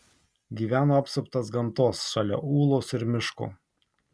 gyveno apsuptas gamtos šalia ūlos ir miško